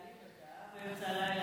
התחלת להעליב באמצע הלילה?